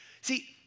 See